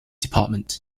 department